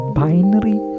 binary